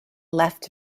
left